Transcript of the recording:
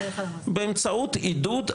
באמצעות עידוד.